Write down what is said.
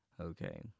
Okay